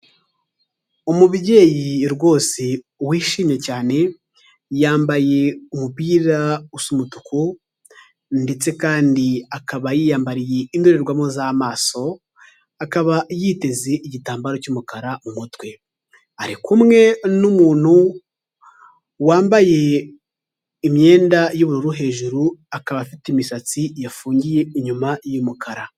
Umubyeyi rwose, wishimye cyane, yambaye umupira usa umutuku ndetse kandi akaba yiyambariye indorerwamo z'amaso, akaba yiteze igitambaro cy'umukara mu mutwe. Ari kumwe n'umuntu, wambaye imyenda y' ubururu hejuru, akaba afite imisatsi yafungiye inyuma y'umukara.